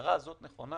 שההגדרה הזאת נכונה